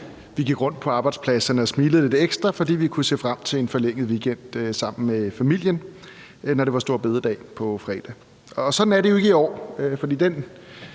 vi gik rundt på arbejdspladserne og smilede lidt ekstra, fordi vi kunne se frem til en forlænget weekend sammen med familien, når det var store bededag på fredag. Og sådan er det jo ikke i år, for den